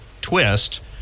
Twist